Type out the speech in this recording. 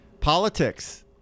Politics